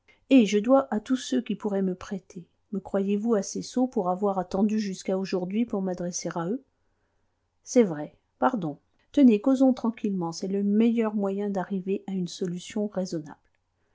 eh je dois à tous ceux qui pourraient me prêter me croyez-vous assez sot pour avoir attendu jusqu'à aujourd'hui pour m'adresser à eux c'est vrai pardon tenez causons tranquillement c'est le meilleur moyen d'arriver à une solution raisonnable